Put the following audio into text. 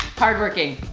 hardworking.